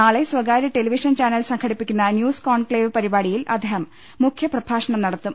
നാളെ സ്കാര്യ television channel സംഘടിപ്പിക്കുന്ന ന്യൂസ് കോൺക്ലേവ് പരിപാടിയിൽ അദ്ദേഹം മുഖ്യപ്രഭാഷണം നടത്തും